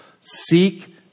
Seek